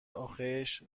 آخیش